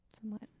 Somewhat